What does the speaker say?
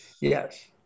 Yes